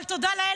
אבל תודה לאל,